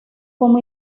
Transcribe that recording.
como